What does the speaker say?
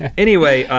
anyway,